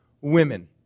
women